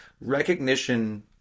recognition